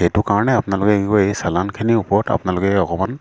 সেইটো কাৰণে আপোনালোকে কি কয় এই চালানখিনিৰ ওপৰত আপোনালোকে অকণমান